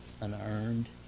Unearned